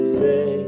say